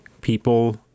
people